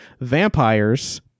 vampires